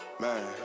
man